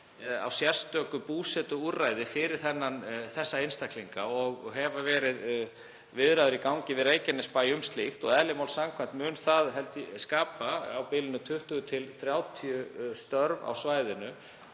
á sérstöku búsetuúrræði fyrir þessa einstaklinga og hafa viðræður verið í gangi við Reykjanesbæ um slíkt. Eðli máls samkvæmt mun það skapa á bilinu 20–30 störf á svæðinu.